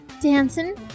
Dancing